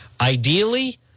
ideally